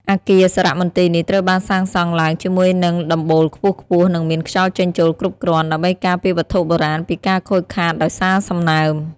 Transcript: អគារសារមន្ទីរនេះត្រូវបានសាងសង់ឡើងជាមួយនឹងដំបូលខ្ពស់ៗ និងមានខ្យល់ចេញចូលគ្រប់គ្រាន់ ដើម្បីការពារវត្ថុបុរាណពីការខូចខាតដោយសារសំណើម។